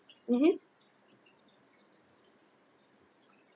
mmhmm